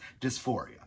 dysphoria